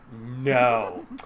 no